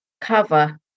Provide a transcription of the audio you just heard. cover